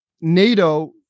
NATO